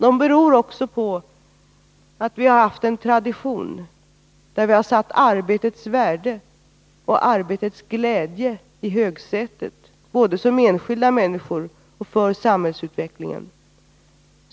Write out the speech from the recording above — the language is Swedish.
De beror också på att vi har haft en tradition där vi har satt arbetets värde och arbetets glädje i högsätet både för enskilda människor och för samhällsutvecklingen.